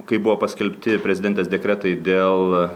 kai buvo paskelbti prezidentės dekretai dėl